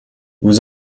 vous